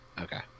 Okay